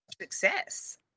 success